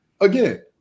Again